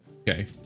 Okay